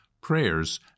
prayers